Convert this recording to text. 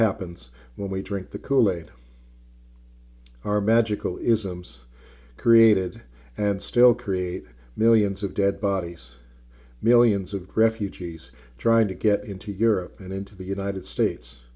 happens when we drink the kool aid our magical isms created and still create millions of dead bodies millions of refugees trying to get into europe and into the united states